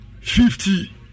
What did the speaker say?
fifty